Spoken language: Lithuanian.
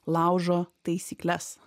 laužo taisykles